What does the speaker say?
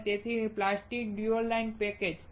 અને તેથી plastic dual inline package